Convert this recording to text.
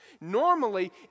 Normally